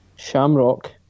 Shamrock